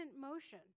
motion